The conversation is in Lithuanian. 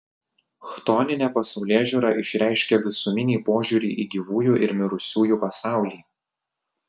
chtoninė pasaulėžiūra išreiškia visuminį požiūrį į gyvųjų ir mirusiųjų pasaulį